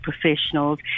professionals